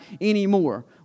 anymore